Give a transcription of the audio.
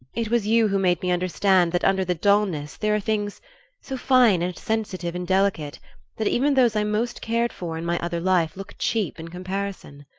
it was you who made me understand that under the dullness there are things so fine and sensitive and delicate that even those i most cared for in my other life look cheap in comparison.